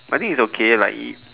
I think it's okay like it